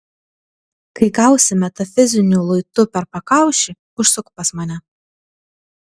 kai gausi metafiziniu luitu per pakaušį užsuk pas mane